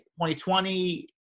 2020